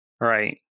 Right